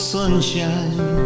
sunshine